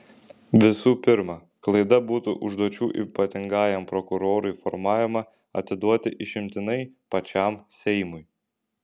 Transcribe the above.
visų pirma klaida būtų užduočių ypatingajam prokurorui formavimą atiduoti išimtinai pačiam seimui